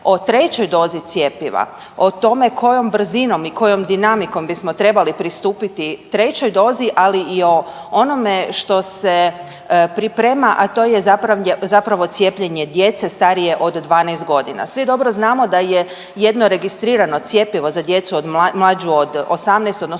o trećoj dozi cjepiva, o tome kojom brzinom i kojom dinamikom bismo trebali pristupiti trećoj dozi ali i o onome što se priprema, a to je zapravo cijepljenje djece starije od 12 godina. Svi dobro znamo da je jedno registrirano cjepivo za djecu mlađu od 18, odnosno